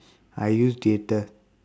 I use data